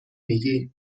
میگین